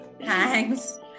Thanks